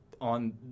on